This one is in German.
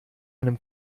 einem